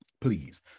please